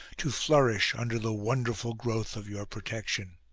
to flourish under the wonderful growth of your protection.